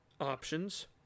Options